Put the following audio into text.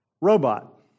Robot